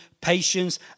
patience